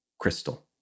crystal